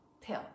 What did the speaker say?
pill